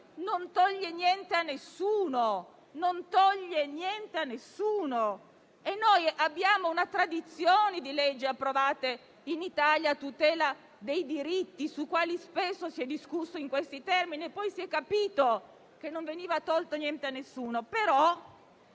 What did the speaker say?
non toglie niente a nessuno. Noi abbiamo una tradizione di leggi approvate in Italia a tutela dei diritti, sulle quali spesso si è discusso in questi termini; poi si è capito che non veniva tolto niente a nessuno.